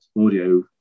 audio